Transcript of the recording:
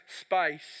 space